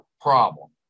problem